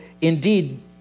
Indeed